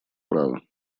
права